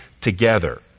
together